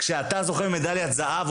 כשאתה זוכה במדליית זהב אולימפית,